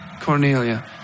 Cornelia